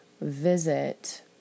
visit